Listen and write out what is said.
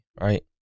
right